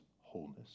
wholeness